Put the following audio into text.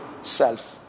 self